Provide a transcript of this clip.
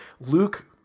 luke